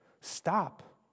Stop